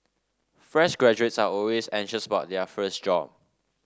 fresh graduates are always anxious about their first job